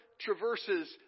traverses